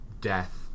death